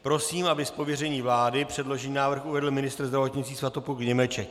Prosím, aby z pověření vlády předložený návrh uvedl ministr zdravotnictví Svatopluk Němeček.